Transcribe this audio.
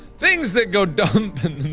things that go dump in